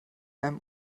einem